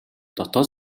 дотоод